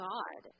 God